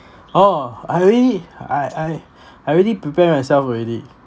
oh I already I I I already prepare myself already